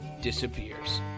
disappears